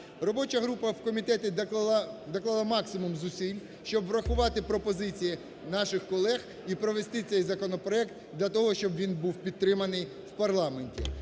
Робоча група в комітеті доклала максимум зусиль, щоб врахувати пропозиції наших колег і провести цей законопроект для того, щоб він був підтриманий в парламенті.